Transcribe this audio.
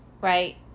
right